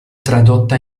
tradotta